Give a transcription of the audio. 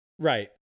Right